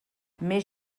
més